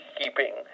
keeping